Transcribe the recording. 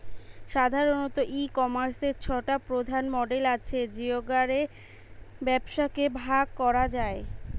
সাধারণত, ই কমার্সের ছটা প্রধান মডেল আছে যেগা রে ব্যবসাকে ভাগ করা যায়